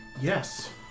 Yes